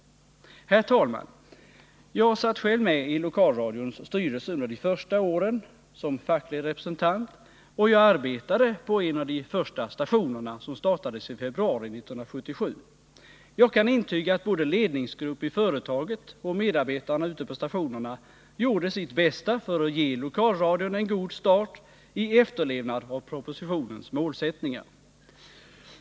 Herr talman! Jag satt som facklig representant med i lokalradions styrelse under de första åren, och jag arbetade på en av de första stationerna som startades i februari 1977. Jag kan intyga att både ledningsgrupp i företaget och medarbetarna ute på stationerna gjorde sitt bästa för att ge lokalradion en god start i efterlevnad av propositionens målsättningar.